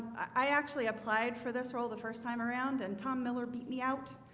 i actually applied for this role the first time around and tom miller beat me out